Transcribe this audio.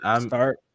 start